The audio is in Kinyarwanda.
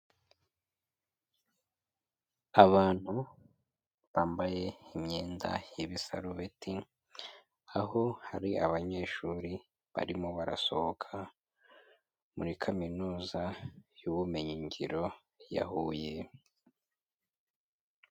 Abantu bambaye imyenda y'ibisarubeti, aho hari abanyeshuri barimo barasohoka, muri kaminuza y'ubumenyingiro ya Huye.